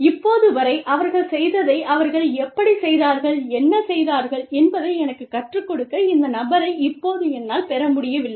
இப்போது வரை அவர்கள் செய்ததை அவர்கள் எப்படிச் செய்தார்கள் என்ன செய்தார்கள் என்பதை எனக்குக் கற்றுக்கொடுக்க இந்த நபரை இப்போது என்னால் பெற முடியவில்லை